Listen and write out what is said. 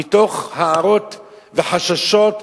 מתוך הערות וחששות,